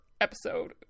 episode